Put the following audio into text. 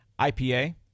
IPA